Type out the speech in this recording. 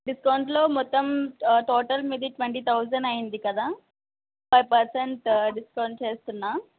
డిస్కౌంట్లో మొత్తం టోటల్ మీది ట్వంటీ థౌజండ్ అయ్యింది కదా ఫైవ్ పర్సెంట్ డిస్కౌంట్ చేస్తున్నాను